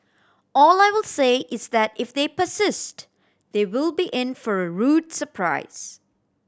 all I will say is that if they persist they will be in for a rude surprise